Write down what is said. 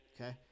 Okay